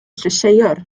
llysieuwr